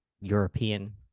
European